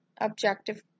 objective